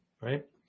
right